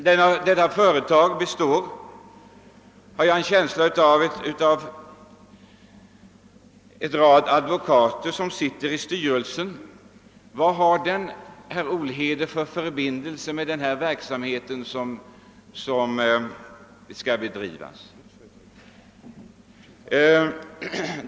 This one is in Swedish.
Detta företag består enligt vad jag tror av en rad advokater som sitter i styrelsen. Vilken förbindelse har det företaget med den verk samhet som här skall drivas?